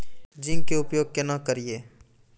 Zinc के उपयोग केना करये?